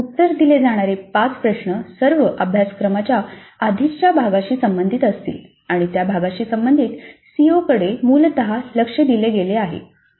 तर उत्तर दिले जाणारे 5 प्रश्न सर्व अभ्यासक्रमाच्या आधीच्या भागाशी संबंधित असतील आणि त्या भागाशी संबंधित सीओकडे मूलत लक्ष दिले गेले आहे